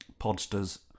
podsters